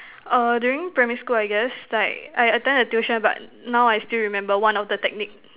err during primary school I guess like I attend a tuition but now I still remember one of the technique